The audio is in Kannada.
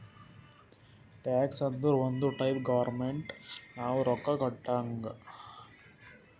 ಟ್ಯಾಕ್ಸ್ ಅಂದುರ್ ಒಂದ್ ಟೈಪ್ ಗೌರ್ಮೆಂಟ್ ನಾವು ರೊಕ್ಕಾ ಕೊಟ್ಟಂಗ್